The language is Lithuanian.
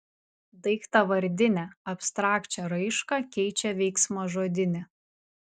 daiktavardinę abstrakčią raišką keičia veiksmažodinė